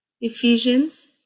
Ephesians